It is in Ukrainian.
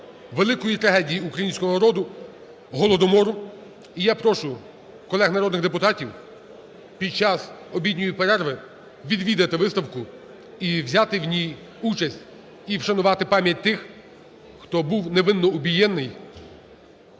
великої трагедії українського народу – Голодомору. І я прошу колег народних депутатів під час обідньої перерви відвідати виставку і взяти в ній участь, і вшанувати пам'ять тих, хто був невинно убієнний